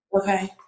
Okay